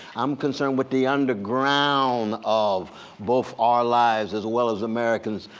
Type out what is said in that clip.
i'm concerned with the underground of both our lives as well as americans,